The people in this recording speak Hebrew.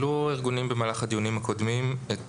במהלך הדיונים הקודמים העלו ארגונים את